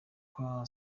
kwa